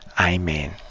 Amen